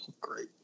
Great